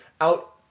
out